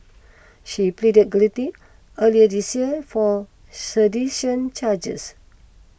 she pleaded guilty earlier this year four sedition charges